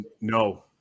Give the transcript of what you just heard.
no